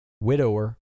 widower